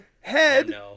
Head